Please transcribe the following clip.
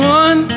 one